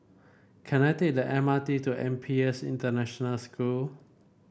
can I take the M R T to N P S International School